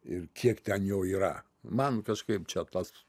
ir kiek ten jo yra man kažkaip čia tas